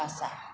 आशा